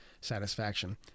satisfaction